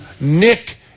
Nick